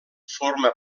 forma